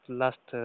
last